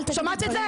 שמעת את זה?